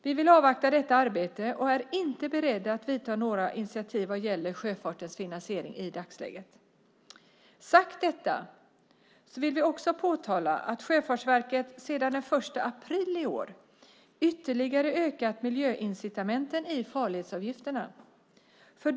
Vi vill avvakta detta arbete och är inte beredda att ta några initiativ vad gäller sjöfartens finansiering i dagsläget. Med detta sagt vill vi också påtala att Sjöfartsverket sedan den 1 april i år ytterligare ökat miljöincitamenten i farledsavgifterna.